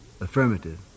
Affirmative